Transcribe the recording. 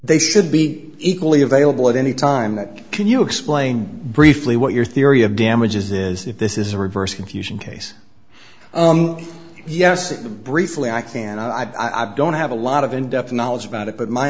they should be equally available at any time that can you explain briefly what your theory of damages is if this is a reverse confusion case yes briefly i can't i don't have a lot of in depth knowledge about it but my